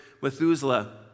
Methuselah